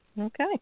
Okay